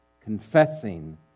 confessing